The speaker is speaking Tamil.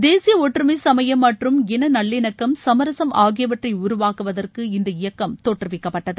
தேசிய ஒற்றுமை சமய மற்றும் இன நல்லிணக்கம் சமரசம் ஆகியவற்றை உருவாக்குவதற்கு இந்த இயக்கம் தோற்றுவிக்கப்பட்டது